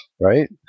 right